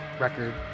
record